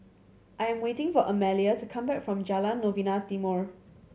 I am waiting for Amalia to come back from Jalan Novena Timor